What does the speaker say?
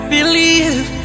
Believe